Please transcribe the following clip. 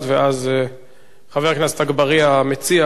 ואז חבר הכנסת אגבאריה, המציע,